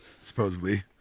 supposedly